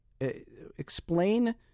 Explain